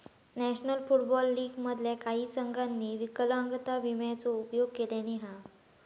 national Football League मधल्या काही संघांनी विकलांगता विम्याचो उपयोग केल्यानी हा